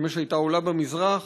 השמש הייתה עולה במזרח,